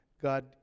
God